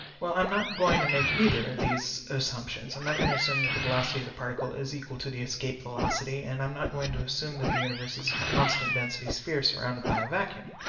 well, i'm not going to make either of these assumptions. i'm not going to assume that the velocity of the particle is equal to the escape velocity, and i'm not going to assume that the univereseis a constant density sphere surrrounded by a vacuum.